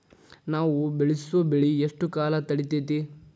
ನಾವು ಬೆಳಸೋ ಬೆಳಿ ಎಷ್ಟು ಕಾಲ ತಡೇತೇತಿ?